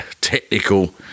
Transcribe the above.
technical